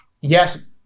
yes